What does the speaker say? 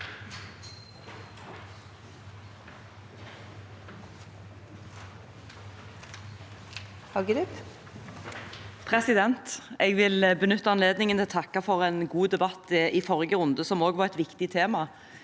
sa- ken): Jeg vil benytte anledningen til å takke for en god debatt i forrige runde, som også var om et viktig tema.